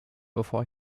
bevor